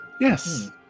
Yes